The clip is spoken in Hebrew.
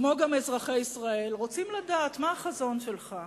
כמו גם אזרחי ישראל, רוצים לדעת מה החזון שלך,